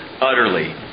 utterly